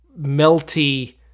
melty